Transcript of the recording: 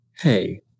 Hey